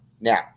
Now